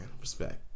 Respect